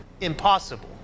impossible